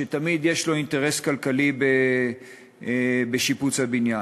שתמיד יש לו אינטרס כלכלי בשיפוץ הבניין.